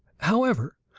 however,